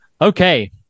okay